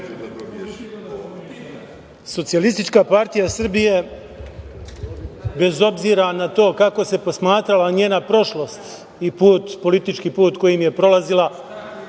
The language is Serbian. Socijalistička partija Srbije, bez obzira na to kako se posmatrala njena prošlost i politički put kojim je prolazila,